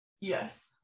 yes